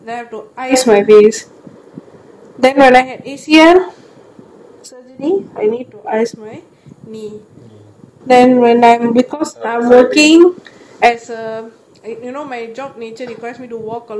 then when I A_C_S suddenly I need to ice my skin then when I'm residing I err you know my job is need to walk a lot my heel was painful